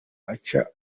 aca